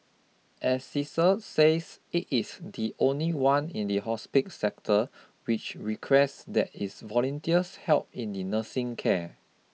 Assisi says it is the only one in the hospik sector which requests that its volunteers help in nursing care